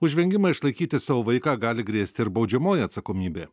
už vengimą išlaikyti savo vaiką gali grėsti ir baudžiamoji atsakomybė